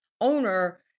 owner